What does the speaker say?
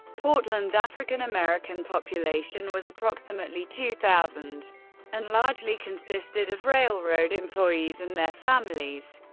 portland's african-american population was approximately two thousand and largely consisted of railroad employees and their families.